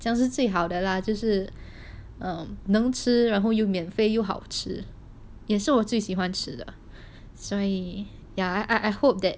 这样是最好的啦就是 um 能吃然后又免费又好吃也是我最喜欢吃的所以 ya I I hope that